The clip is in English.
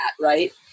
Right